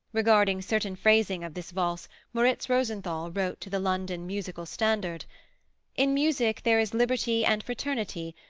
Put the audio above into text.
regarding certain phrasing of this valse moriz rosenthal wrote to the london musical standard in music there is liberty and fraternity,